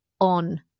on